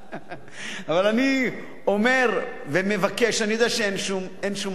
אבל אני אומר ומבקש: אני יודע שאין שום מצב,